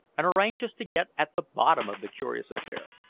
and are anxious to get at the bottom of the curious affair.